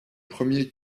premier